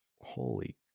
Holy